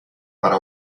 para